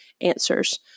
answers